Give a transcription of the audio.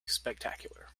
spectacular